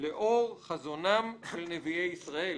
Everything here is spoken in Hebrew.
לאור חזונם של נביאי ישראל".